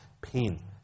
pain